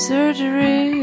Surgery